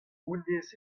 honnezh